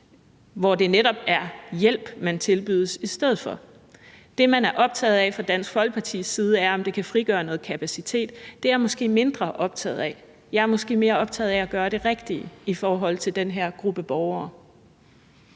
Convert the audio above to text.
hvor det netop er hjælp, der tilbydes i stedet for. Det, man er optaget af fra Dansk Folkepartis side, er, om det kan frigøre noget kapacitet, men det er jeg måske mindre optaget af. Jeg er måske mere optaget af at gøre det rigtige i forhold til den her gruppe borgere.